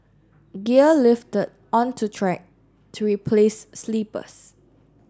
gear lifted unto track to replace sleepers